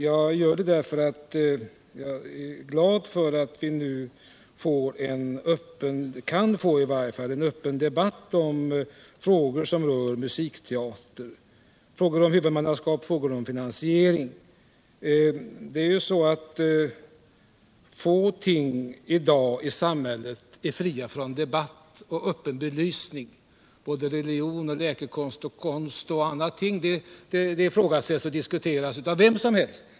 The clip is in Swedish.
Jag är glad över att vi här kan få en öppen debatt om frågor som rör musikteater, exempelvis frågor om huvudmannaskap och finansiering. Få ting i samhället är i dag fria från debatt och öppen belysning. Såväl religion som läkekonst och andra ting kan ifrågasättas och diskuteras av vem som helst.